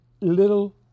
little